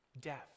death